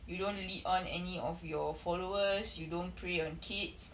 you don't lead on any of your followers you don't prey on kids